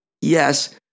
Yes